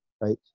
right